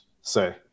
say